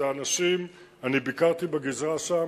זה אנשים, אני ביקרתי בגזרה שם,